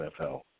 NFL